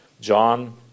John